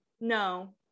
no